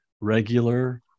regular